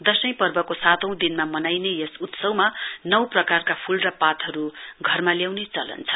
दशैं पर्वको सातौं दिनमा मनाइने यस उत्सवमा नौ प्रकारका फूल र पातहरु घरमा ल्याउने चलन छ